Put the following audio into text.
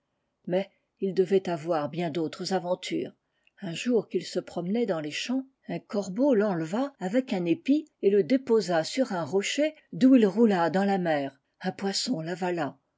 mais il devait avoir bien d'autres aventures un jour qu'il se promenait dans les chamis un cor le petit tom profita de lin l'enleva avec un épi et le déposa sur un rocher d'où il roula dans la mer un poisson l'avala